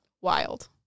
Wild